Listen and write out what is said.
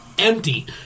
Empty